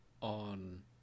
on